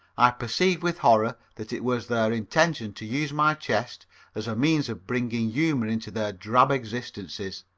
i perceived with horror that it was their intention to use my chest as a means of bringing humor into their drab existences.